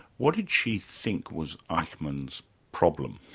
what did she think was eichmann's problem?